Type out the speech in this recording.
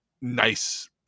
nice